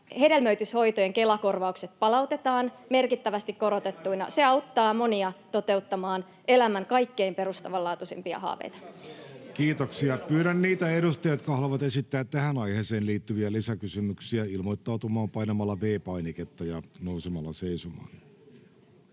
hedelmöityshoitojen Kela-korvaukset palautetaan merkittävästi korotettuina. Se auttaa monia toteuttamaan elämän kaikkein perustavanlaatuisimpia haaveita. Kiitoksia. — Pyydän niitä edustajia, jotka haluavat esittää tähän aiheeseen liittyviä lisäkysymyksiä, ilmoittautumaan painamalla V-painiketta ja nousemalla seisomaan.